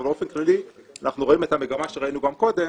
אבל באופן כללי אנחנו רואים את המגמה שראינו גם קודם